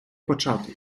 початок